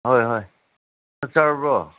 ꯍꯣꯏ ꯍꯣꯏ ꯆꯥꯛ ꯆꯥꯔꯕ꯭ꯔꯣ